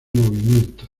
movimiento